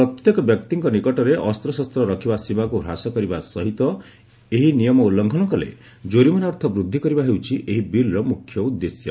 ପ୍ରତ୍ୟେକ ବ୍ୟକ୍ତିଙ୍କ ନିକଟରେ ଅସ୍ତଶସ୍ତ ରଖିବା ସୀମାକୁ ହ୍ରାସକରିବା ସହିତ ଏହି ନିୟମ ଉଲ୍ଲୁଂଘନ କଲେ କୋରିମାନା ଅର୍ଥ ବୃଦ୍ଧି କରିବା ହେଉଛି ଏହି ବିଲ୍ର ମ୍ରଖ୍ୟ ଉଦ୍ଦେଶ୍ୟ